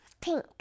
Pink